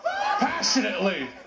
Passionately